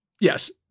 Yes